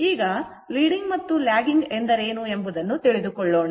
ಈಗ leading ಮತ್ತು lagging ಎಂದರೇನು ಎಂಬುದನ್ನು ತಿಳಿದುಕೊಳ್ಳೋಣ